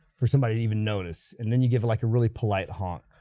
for somebody to even notice, and then you give it like a really polite honk,